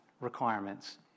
requirements